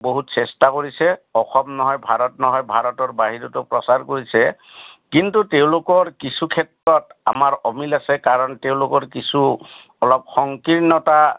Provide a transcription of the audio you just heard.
বহুত চেষ্টা কৰিছে অসম নহয় ভাৰত নহয় ভাৰতৰ বাহিৰতো প্ৰচাৰ কৰিছে কিন্তু তেওঁলোকৰ কিছু ক্ষেত্ৰত আমাৰ অমিল আছে কাৰণ তেওঁলোকৰ কিছু অলপ সংকীৰ্ণতা